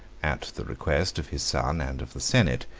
at the request of his son and of the senate,